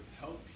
help